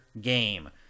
game